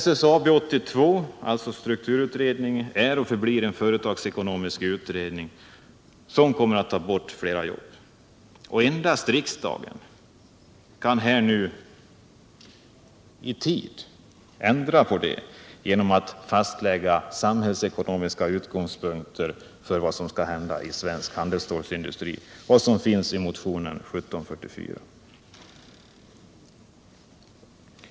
SSAB 82, alltså strukturutredningen, är och förblir en företagsekonomisk utredning som kommer att ta bort flera jobb. Endast riksdagen kan här nu i tid ändra på detta genom att fastlägga samhällsekonomiska utgångspunkter för vad som skall hända i svensk handelsstålsindustri, vilket också anförs i motionen 1744.